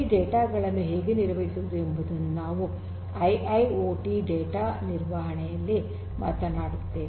ಈ ಡೇಟಾ ಗಳನ್ನು ಹೇಗೆ ನಿರ್ವಹಿಸುವುದು ಎಂಬುದನ್ನು ನಾವು ಐಐಓಟಿ ಡೇಟಾ ನಿರ್ವಹಣೆಯಲ್ಲಿ ಮಾತನಾಡುತ್ತೇವೆ